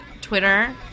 Twitter